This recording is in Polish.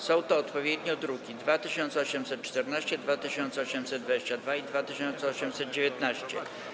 Są to odpowiednio druki nr 2814, 2822 i 2819.